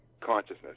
Consciousness